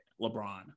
LeBron